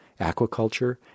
aquaculture